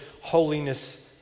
holiness